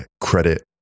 credit